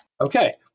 Okay